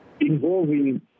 involving